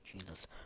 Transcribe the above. Jesus